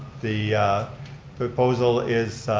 the proposal is.